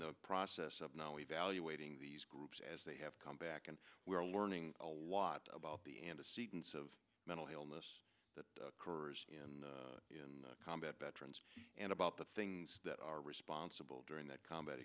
the process of now evaluating these groups as they have come back and we are learning a lot about the antecedents of mental illness that occurs in in combat veterans and about the things that are responsible during that combat